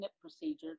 procedure